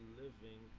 living